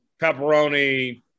pepperoni